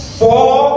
four